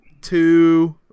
two